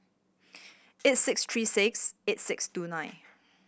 eight six three six eight six two nine